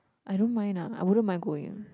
I don't mind lah I wouldn't mind going